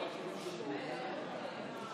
נתקבלה.